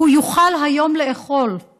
הוא יוכל היום לאכול /